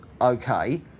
okay